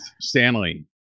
stanley